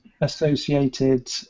associated